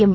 M